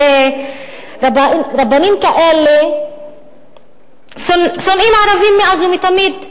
הרי רבנים כאלה שונאים ערבים מאז ומתמיד.